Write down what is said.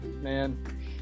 man